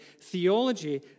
theology